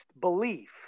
belief